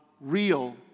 real